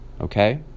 Okay